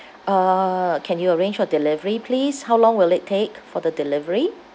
uh can you arrange for delivery please how long will it take for the delivery